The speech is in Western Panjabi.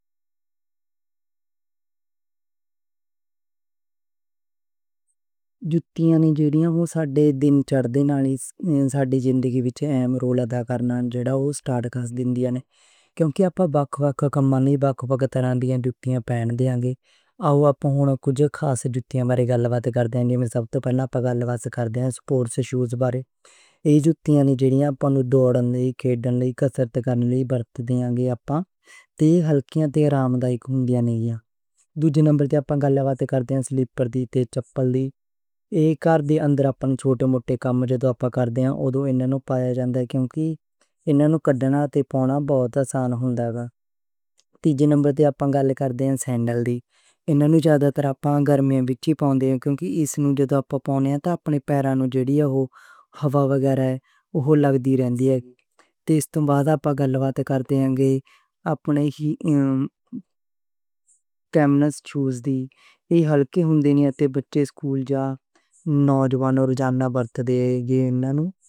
جتیاں نے جیڑیاں او ساڈے دن چڑھ دین دیاں تے ساڈی زندگی وچ اہم رول ادا کردیاں نیں، جیڑا اوہ سٹارٹ کر دیندیاں نیں۔ کیونکہ آپا وکھ وکھ کاماں لئی وکھ وکھ طرح دیاں جتیاں پہن دے آں۔ کجھ خاص جتیاں بارے گلاں باتاں کردے آں۔ سب توں پہلے گل کردے آں سپورٹس شوز دی، جیہڑیاں کھیڈاں لئی، دوڑن لئی تے کسرت کرن لئی ورتیاں جاندیاں نیں۔ ایہ ہلکیاں تے آرام دہ ہوندیاں نیں۔ دوجی گل سلیپر تے چپل دی کردے آں۔ ایناں نوں اپنے چھوٹے موٹے کم کار لئی پہن دے آں، کیونکہ اینہاں نوں پانا بڑا آسان ہوندا اے۔ تیجے نمبر تے آپا گل کردے آں سینڈل دیاں، اینہاں نوں زیادہ تر آپا گرمی وچ پاؤندے آں کیونکہ ایس وچ پیر نوں ہوا لگدی رہندی اے۔ تے ایہ توں بعد آپا گل کردے آں اپنے ہی کامن شوز دی، ایہ ہلکے ہوندے نیں، ایہ بچے سکول جان والے تے نوجوان جان والے ورتدے نیں۔